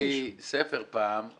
כתבתי ספר פעם,